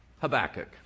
Habakkuk